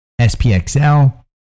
SPXL